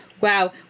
Wow